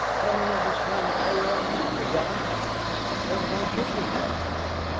i don't know if he's trying to pay off a yacht or that my kidney has to come out.